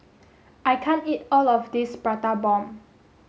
I can't eat all of this prata bomb